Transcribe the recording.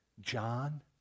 John